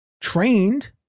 trained